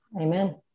Amen